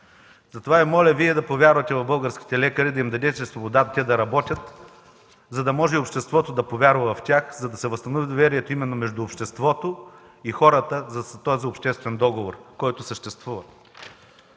нашата страна – да повярвате в българските лекари, да им дадете свобода да работят, за да може обществото да повярва в тях, за да се възстанови доверието именно между обществото и хората за обществения договор, който съществува.